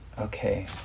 okay